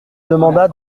demanda